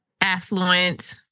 affluent